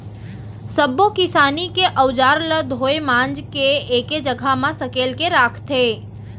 सब्बो किसानी के अउजार ल धोए मांज के एके जघा म सकेल के राखथे